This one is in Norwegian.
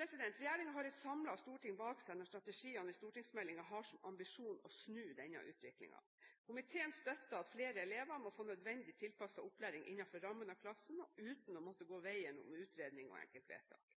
Regjeringen har et samlet storting bak seg når strategiene i stortingsmeldingen har som ambisjon å snu denne utviklingen. Komiteen støtter at flere elever må få nødvendig tilpasset opplæring innenfor rammen av klassen og uten å måtte gå veien om utredning og enkeltvedtak.